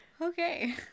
Okay